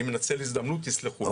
אני מנצל הזדמנות תסלחו לי.